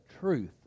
truth